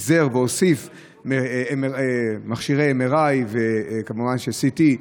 ופיזר והוסיף מכשירי MRI וכמובן CT,